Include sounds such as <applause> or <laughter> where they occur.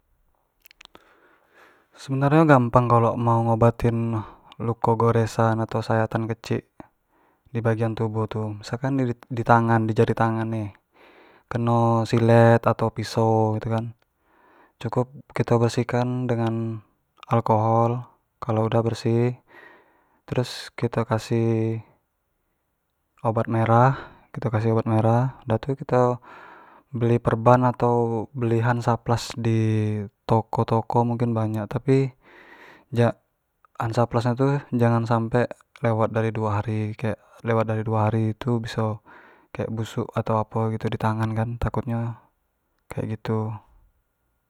sebenarnyo gampang kalua mau ngobatin luko goresan atau sayatan kecik di bagian tubuh tu, misalkan dio tu di di tangan jari tangan ni keno silet atau piso, <unintelligible> cukup kito bersihkan dengan alkohol, kalua udah bersih terus kito kasih obat merah, kito kasih obat merah udah kito beli perban atau beli handsaplast di toko toko mungkin banyak tapi ja hansaplast nyo tu jangan sampe lewat dari duo hari, kek lewat dari duo hari biso kek busuk tu atau atau po itu di tangan kan, takut nyo kek gitu.